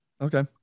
okay